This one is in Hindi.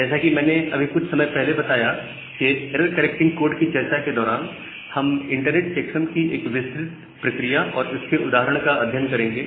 जैसा कि मैंने अभी कुछ समय पहले बताया कि एरर करेक्टिंग कोड की चर्चा के दौरान हम इंटरनेट चेक्सम की विस्तृत प्रक्रिया और इसके उदाहरण का अध्ययन करेंगे